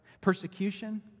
persecution